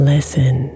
Listen